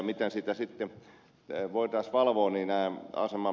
miten sitä sitten voitaisiin valvoa